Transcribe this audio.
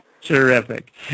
Terrific